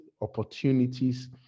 opportunities